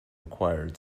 required